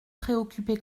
préoccupé